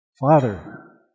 Father